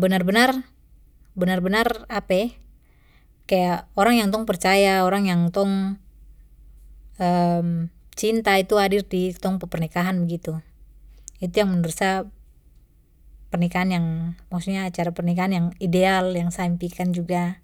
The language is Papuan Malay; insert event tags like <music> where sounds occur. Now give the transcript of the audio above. benar benar, benar benar <hesitation> kaya orang yang tong percaya orang yang tong <hesitation> cinta itu hadir di tong pu pernikahan begitu, itu yang menurut sa, pernikahan yang maksudnya acara pernikahan yang ideal yang sa impikan juga.